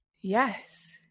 Yes